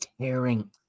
tearing